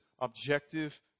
objective